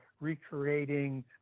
recreating